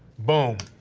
boom.